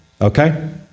okay